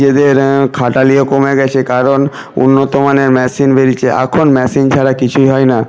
এদের খাটালিও কমে গেছে কারণ উন্নতমানের মেশিন বেরিয়েছে এখন মেশিন ছাড়া কিছুই হয় না